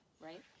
right